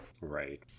Right